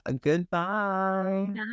Goodbye